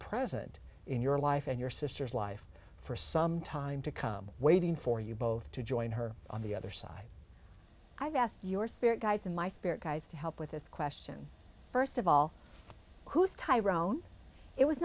present in your life and your sister's life for some time to come waiting for you both to join her on the other side i've asked your spirit guides in my spirit guides to help with this question first of all who is tyrone it was